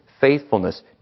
faithfulness